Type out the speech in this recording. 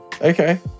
Okay